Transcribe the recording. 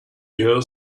here